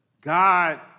God